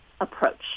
approach